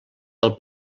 del